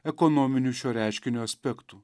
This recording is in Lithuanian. ekonominių šio reiškinio aspektų